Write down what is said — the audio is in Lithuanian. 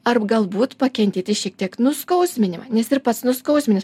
ar galbūt pakentėti šiek tiek nuskausminimą nes ir pats nuskausminis